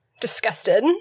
disgusted